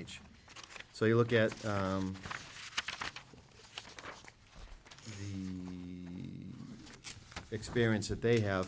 age so you look at experience that they have